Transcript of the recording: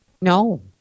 No